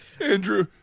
Andrew